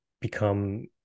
become